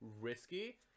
risky